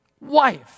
wife